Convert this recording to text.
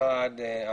אחד,